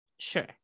Sure